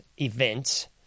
events